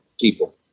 people